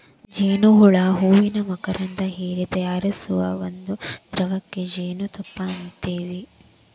ಜೇನ ಹುಳಾ ಹೂವಿನ ಮಕರಂದಾ ಹೇರಿ ತಯಾರಿಸು ಒಂದ ದ್ರವಕ್ಕ ಜೇನುತುಪ್ಪಾ ಅಂತೆವಿ